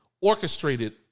orchestrated